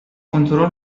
کنترل